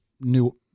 new